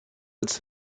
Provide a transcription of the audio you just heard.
its